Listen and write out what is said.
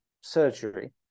surgery